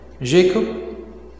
Jacob